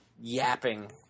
yapping